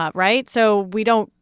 ah right? so we don't,